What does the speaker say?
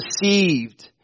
deceived